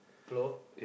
hello